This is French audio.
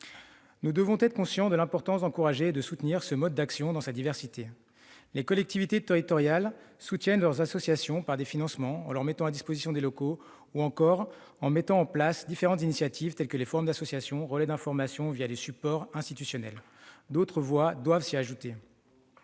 Nous devons être conscients de l'importance d'encourager et de soutenir ce mode d'action dans sa diversité. Les collectivités territoriales aident leurs associations par des financements, en mettant à leur disposition des locaux, ou encore en organisant différentes initiatives, comme les forums d'associations, en leur offrant des relais d'information au travers des supports institutionnels. D'autres voies doivent s'y ajouter.